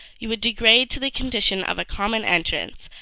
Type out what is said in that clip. you would degrade to the condition of a common entrance,